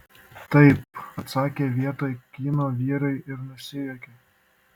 taip atsakė vietoj kyno vyrai ir nusijuokė